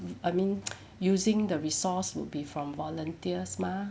I mean using the resource would be from volunteers mah